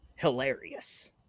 hilarious